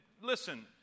listen